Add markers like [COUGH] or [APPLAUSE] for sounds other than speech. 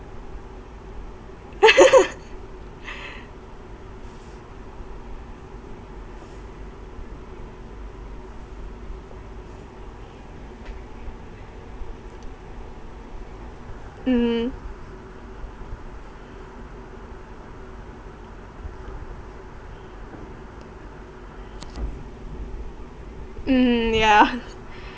[LAUGHS] mm mm yeah